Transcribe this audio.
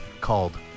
called